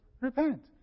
Repent